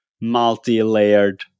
multi-layered